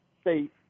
state